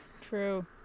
True